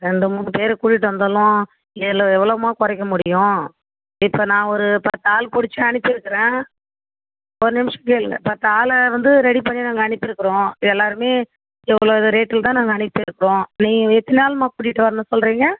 ரெண்டு மூணு பேரு கூட்டிகிட்டு வந்தாலும் இதில் எவ்வளோம்மா குறைக்க முடியும் இப்போ நான் ஒரு பத்து ஆள் புடிச்சு அனுப்பி வைக்கறேன் ஒரு நிமிஷம் கேளுங்க பத்து ஆளை வந்து ரெடி பண்ணி நாங்கள் அனுப்பியிருக்கறோம் எல்லோருமே இவ்வளோ ரேட்டில் தான் நாங்கள் அனுப்பியிருக்கோம் நீ எத்தினை ஆளைமா கூட்டிகிட்டு வரணும் சொல்லுறீங்க